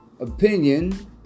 opinion